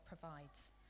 provides